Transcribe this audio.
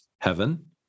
heaven